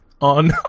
on